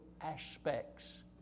aspects